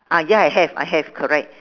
ah ya I have I have correct